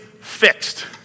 fixed